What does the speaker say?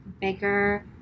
bigger